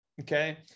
okay